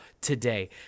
today